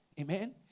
Amen